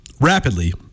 rapidly